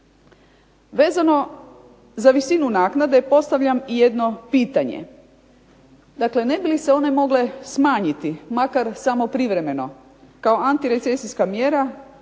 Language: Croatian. Vezano za visinu naknade postavljam jedno pitanje. Dakle, ne bi li se one mogle smanjiti makar samo privremeno kao antirecesijska mjera